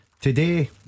today